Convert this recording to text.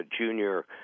junior